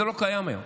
זה לא קיים היום.